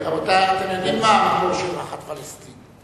רבותי, אתם יודעים מה המקור של "ראחת פלסטין"?